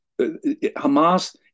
Hamas